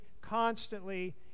constantly